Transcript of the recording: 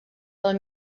del